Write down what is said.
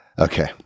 Okay